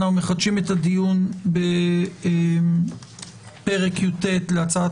אנחנו מחדשים את הדיון בפרק י"ט להצעת